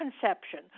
conception